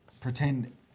pretend